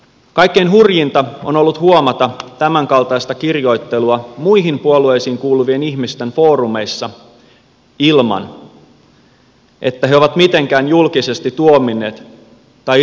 kaikkein hurjinta on ollut huomata tämänkaltaista kirjoittelua muihin puolueisiin kuuluvien ihmisten foorumeissa ilman että he ovat mitenkään julkisesti tuominneet tai irtisanoutuneet siitä